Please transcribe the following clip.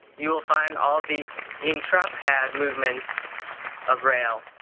you will find all the intra-padd movements of rail,